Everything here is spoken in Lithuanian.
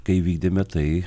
kai įvykdėme tai